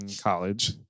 college